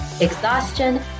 exhaustion